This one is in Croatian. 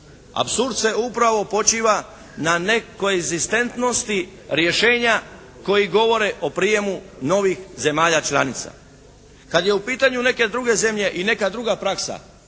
apsurd se upravo počiva na nekonzistentnosti rješenja koji govore o prijemu novih zemalja članica. Kad je u pitanju neke druge zemlje i neka druga praksa,